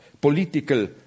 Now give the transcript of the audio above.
political